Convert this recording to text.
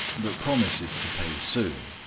but promises to pay soon.